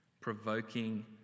provoking